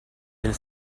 elle